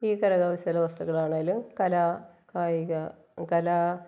ഈ കരകൗശല വസ്തുക്കളാണെങ്കിലും കലാ കായിക കലാ